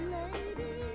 lady